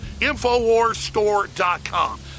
InfoWarsStore.com